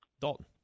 Dalton